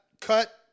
cut